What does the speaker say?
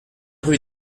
rue